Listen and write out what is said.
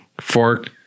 Fork